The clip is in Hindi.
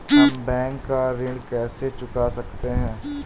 हम बैंक का ऋण कैसे चुका सकते हैं?